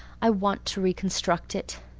i want to reconstruct it.